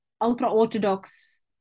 ultra-orthodox